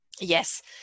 Yes